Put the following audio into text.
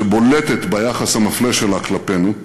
שבולטת ביחס המפלה שלה כלפינו.